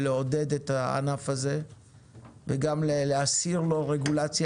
ולעודד את הענף הזה וגם להסיר לו רגולציה